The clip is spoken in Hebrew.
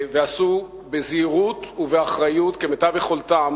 ועשו בזהירות ובאחריות כמיטב יכולתם